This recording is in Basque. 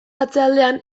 atzealdean